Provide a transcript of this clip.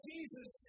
Jesus